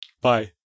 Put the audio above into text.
bye